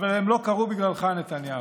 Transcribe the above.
אבל הם לא קרו בגללך, נתניהו.